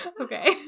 Okay